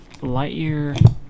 Lightyear